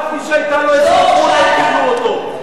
רק מי שהיתה לו אזרחות הם קיבלו אותו.